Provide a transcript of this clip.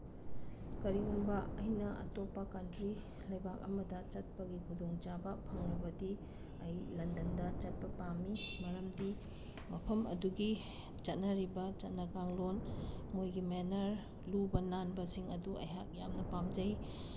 ꯀꯔꯤꯒꯨꯝꯕ ꯑꯩꯅ ꯑꯇꯣꯞꯄ ꯀꯟꯇ꯭ꯔꯤ ꯂꯩꯕꯥꯛ ꯑꯃꯗ ꯆꯠꯄꯒꯤ ꯈꯨꯗꯣꯡꯆꯥꯕ ꯐꯪꯂꯕꯗꯤ ꯑꯩ ꯂꯟꯗꯟꯗ ꯆꯠꯄ ꯄꯥꯝꯃꯤ ꯃꯔꯝꯗꯤ ꯃꯐꯝ ꯑꯗꯨꯒꯤ ꯆꯠꯅꯔꯤꯕ ꯆꯠꯅ ꯀꯥꯡꯂꯣꯟ ꯃꯣꯏꯒꯤ ꯃꯦꯅꯔ ꯂꯨꯕ ꯅꯥꯟꯕꯁꯤꯡ ꯑꯗꯨ ꯑꯩꯍꯥꯛ ꯌꯥꯝꯅ ꯄꯥꯝꯖꯩ